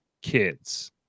kids